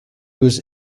was